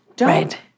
Right